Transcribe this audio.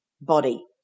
body